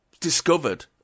discovered